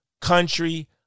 country